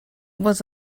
was